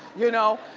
you know?